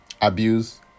abuse